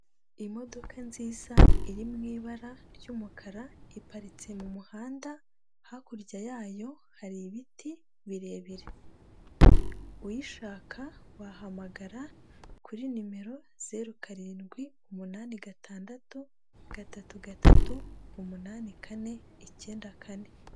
Imodoka nziza iri mw'ibara ry'umukara iparitse mu muhanda, hakurya yayo hari ibiti birebire, uyishaka wahamagara kuri nimero zeru, karindwi, umunani, gatandatu, gatatu gatatu, umunani kane, icyenda kane.